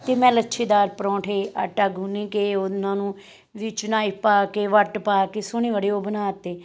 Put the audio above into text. ਅਤੇ ਮੈਂ ਲੱਛੇਦਾਰ ਪਰੋਂਠੇ ਆਟਾ ਗੁੰਨ ਕੇ ਉਹਨਾਂ ਨੂੰ ਵੀ ਚਨਾਈ ਪਾ ਕੇ ਵੱਟ ਪਾ ਕੇ ਸੋਹਣੇ ਬੜੇ ਉਹ ਬਣਾ ਤੇ